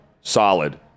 solid